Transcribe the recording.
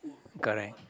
correct